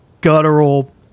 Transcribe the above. Guttural